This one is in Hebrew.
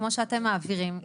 כמו שאתם מעבירים,